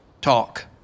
talk